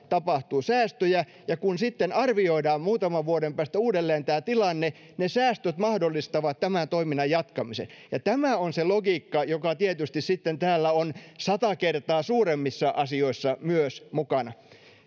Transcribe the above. tapahtuu säästöjä ja kun sitten arvioidaan muutaman vuoden päästä uudelleen tilanne ne säästöt mahdollistavat tämän toiminnan jatkamisen tämä on se logiikka joka tietysti täällä on myös sata kertaa suuremmissa asioissa mukana